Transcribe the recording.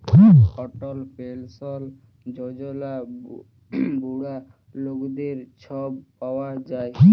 অটল পেলসল যজলা বুড়া লকদের ছব পাউয়া যায়